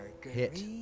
hit